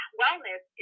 wellness